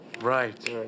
Right